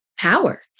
power